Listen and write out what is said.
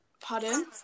Pardon